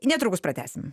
netrukus pratęsim